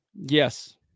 Yes